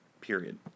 period